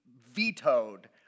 vetoed